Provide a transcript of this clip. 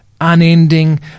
unending